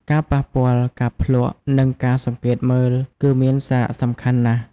ការប៉ះពាល់ ការភ្លក្ស និងការសង្កេតមើល គឺមានសារៈសំខាន់ណាស់។